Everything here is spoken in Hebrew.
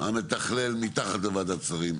המתכלל מתחת לוועדת שרים.